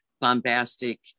bombastic